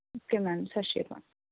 okay ma'am Sat Sri Akal